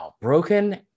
broken